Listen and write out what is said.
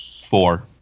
four